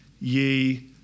ye